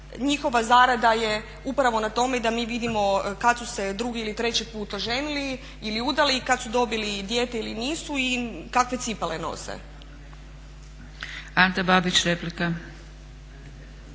njihova zarada je upravo na tome da mi vidimo kad su se drugi ili treći put oženili, ili udali, i kad su dobili dijete ili nisu, i kakve cipele nose. **Zgrebec, Dragica